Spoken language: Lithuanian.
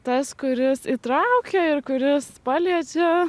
tas kuris įtraukia ir kuris paliečia